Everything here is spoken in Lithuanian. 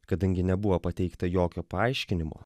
kadangi nebuvo pateikta jokio paaiškinimo